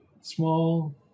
small